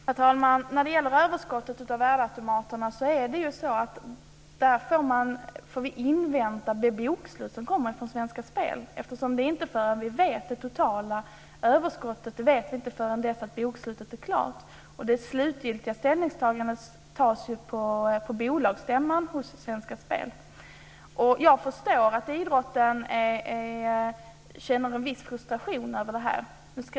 Herr talman! När det gäller överskottet från värdeautomaterna får vi invänta det bokslut som görs av Svenska Spel. Vi vet inte hur stort det totala överskottet är förrän bokslutet har upprättats. Det slutgiltiga ställningstagandet görs ju på Svenska Spels bolagsstämma. Jag förstår att idrotten känner en viss frustration över detta.